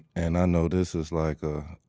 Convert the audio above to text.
and i know this is like a